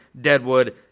Deadwood